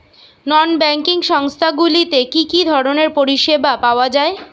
নন banking সংস্থা গুলিতে কি কি ধরনের পরিসেবা পাওয়া য়ায়?